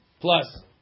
plus